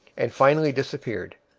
and finally disappeared.